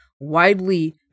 widely